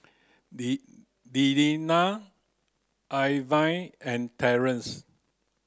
Delila Irvine and Terence